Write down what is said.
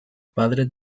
padre